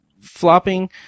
flopping